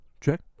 check